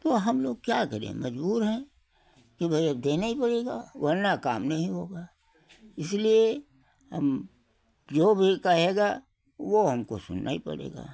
तो हम लोग क्या करें मजबूर हैं कि भई अब देना ही पड़ेगा वरना काम नहीं होगा इसलिए हम जो भी कहेगा वो हमको सुनना ही पड़ेगा